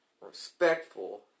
respectful